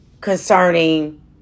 concerning